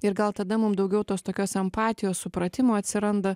ir gal tada mum daugiau tos tokios empatijos supratimo atsiranda